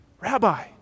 Rabbi